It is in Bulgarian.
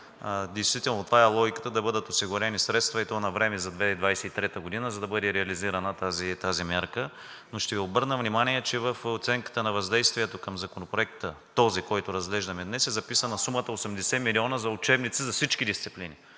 Действително това е логиката да бъдат осигурени средства, и то навреме, за 2023 г., за да бъде реализирана тази мярка, но ще Ви обърна внимание, че в оценката на въздействието към Законопроекта – този, който разглеждаме днес, е записана сумата 80 милиона за учебници за всички дисциплини,